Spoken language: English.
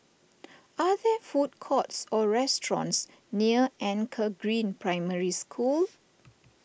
are there food courts or restaurants near Anchor Green Primary School